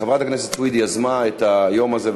חברת הכנסת סויד יזמה את היום הזה,